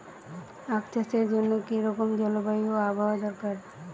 আখ চাষের জন্য কি রকম জলবায়ু ও আবহাওয়া দরকার?